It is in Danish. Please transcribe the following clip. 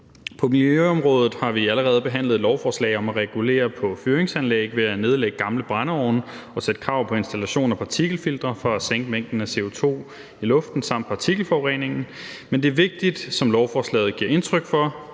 På miljøområdet har vi allerede behandlet et lovforslag om at regulere på fyringsanlæg ved at nedlægge gamle brændeovne og stille krav om installation af partikelfiltre for at sænke mængden af CO2 i luften samt partikelforureningen, men det er vigtigt, som lovforslaget giver udtryk for,